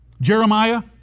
Jeremiah